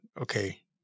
okay